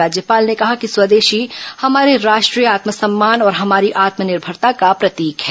राज्यपाल ने कहा कि स्वदेशी हमारे राष्ट्रीय आत्मसम्मान और हमारी आत्मनिर्भरता का प्रतीक है